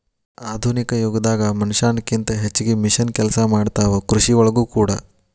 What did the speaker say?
ಆಧುನಿಕ ಯುಗದಾಗ ಮನಷ್ಯಾನ ಕಿಂತ ಹೆಚಗಿ ಮಿಷನ್ ಕೆಲಸಾ ಮಾಡತಾವ ಕೃಷಿ ಒಳಗೂ ಕೂಡಾ